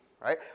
right